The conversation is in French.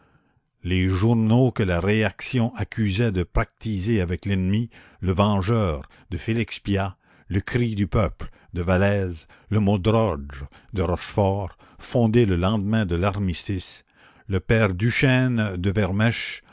les journaux que la réaction accusait de pactiser avec l'ennemi le vengeur de félix pyat le cri du peuple de vallès le mot d'ordre de rochefort fondé le lendemain de l'armistice le père duchesne de